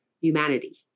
humanity